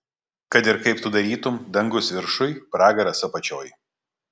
kad ir kaip tu darytum dangus viršuj pragaras apačioj